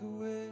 away